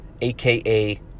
aka